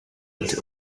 ati